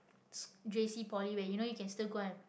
J_C poly where you know you can still go and